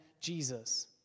jesus